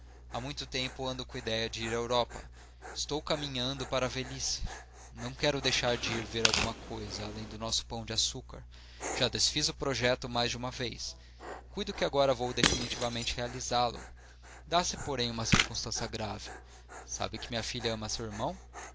há muito tempo ando com idéia de ir à europa estou caminhando para a velhice não quero deixar de ir ver alguma coisa além do nosso pão de açúcar já desfiz o projeto mais de uma vez cuido que agora vou definitivamente realizá-lo dá-se porém uma circunstância grave sabe que minha filha ama seu irmão